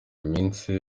iminsi